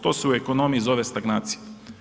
To se u ekonomiji zove stagnacija.